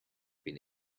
been